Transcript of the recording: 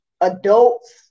adults